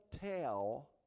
tell